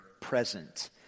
present